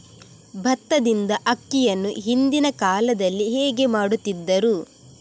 ಭತ್ತದಿಂದ ಅಕ್ಕಿಯನ್ನು ಹಿಂದಿನ ಕಾಲದಲ್ಲಿ ಹೇಗೆ ಮಾಡುತಿದ್ದರು?